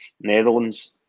Netherlands